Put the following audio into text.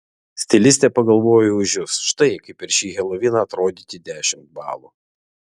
stilistė pagalvojo už jus štai kaip per šį heloviną atrodyti dešimt balų